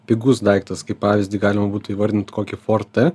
pigus daiktas kaip pavyzdį galima būtų įvardinti kokį ford t